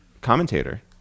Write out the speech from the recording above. commentator